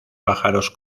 pájaros